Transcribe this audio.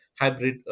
hybrid